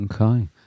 Okay